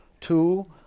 two